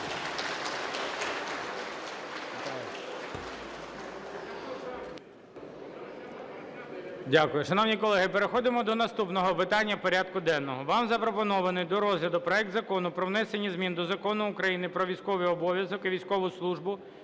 Дякую. Шановні колеги, переходимо до наступного питання порядку денного. Вам запропонований до розгляду проект Закону про внесення змін до Закону України "Про військовий обов'язок і військову службу"